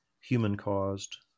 human-caused